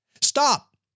Stop